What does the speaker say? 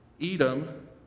Edom